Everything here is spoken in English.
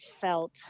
felt